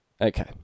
Okay